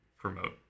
Promote